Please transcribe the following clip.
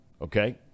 okay